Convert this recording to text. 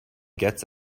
gets